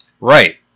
Right